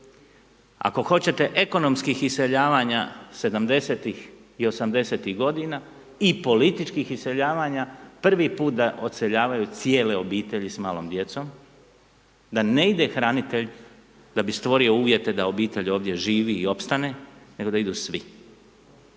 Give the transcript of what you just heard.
ako hoćete ekonomskih iseljavanja '70 i '80 i političkih iseljavanja, prvi put da odseljavaju cijele obitelji s malom djecom, da ne ide hranitelj da bi stvorio uvjete da obitelj ovdje živi i opstane, nego da idu svi.